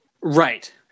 right